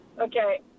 Okay